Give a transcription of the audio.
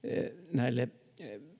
näille